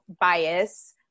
bias